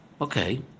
Okay